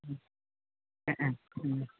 ആ ആ